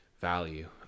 value